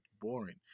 boring